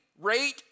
rate